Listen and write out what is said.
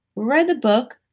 read the book.